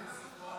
לרשותך